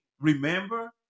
Remember